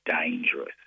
dangerous